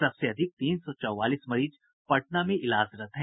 सबसे अधिक तीन सौ चौवालीस मरीज पटना में इलाजरत है